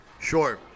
Sure